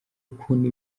ukuntu